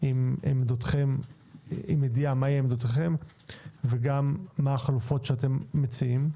עם ידיעה, מה עמדתכם וגם מה החלופות שאתם מציעים.